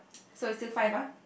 so it's still five ah